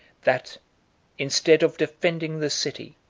that instead of defending the city,